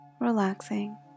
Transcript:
Relaxing